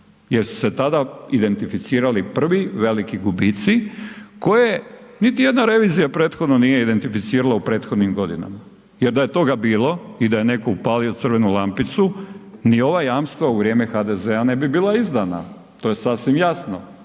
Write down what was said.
jer su se tada identificirali prvi veliki gubici koje niti jedna revizija prethodno nije identificirala u prethodnim godinama jer da je toga bilo i da je neko upalio crvenu lampicu ni ova jamstva u vrijeme HDZ-a ne bi bila izdana, to je sasvim jasno.